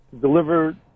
deliver